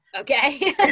Okay